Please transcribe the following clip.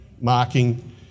marking